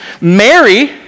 Mary